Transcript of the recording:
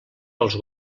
pels